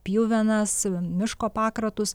pjuvenas miško pakratus